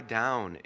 down